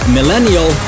Millennial